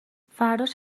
فرداش